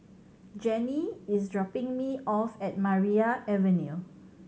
Jannie is dropping me off at Maria Avenue